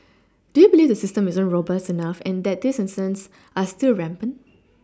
do you believe the system isn't robust enough and that these incidents are still rampant